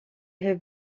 have